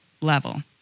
level